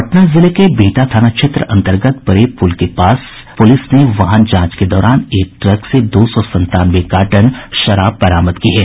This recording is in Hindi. पटना जिले के बिहटा थाना क्षेत्र अंतर्गत परेव पुल के पास पुलिस ने वाहन जांच के दौरान एक ट्रक से दो सौ संतानवे कार्टन शराब बरामद की है